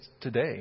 today